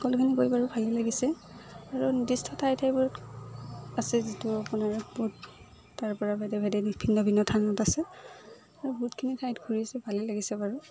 সকলোখিনি গৈ বাৰু ভালেই লাগিছে আৰু নিৰ্দিষ্ট ঠাই ঠাইবোৰ আছে যিটো আপোনাৰ বহুত তাৰপৰা ভেদে ভেদে ভিন্ন ভিন্ন থানত আছে আৰু বহুতখিনি ঠাইত ঘূৰিছে ভালেই লাগিছে বাৰু